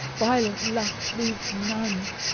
violent lust leaves none.